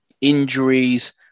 injuries